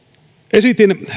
esitin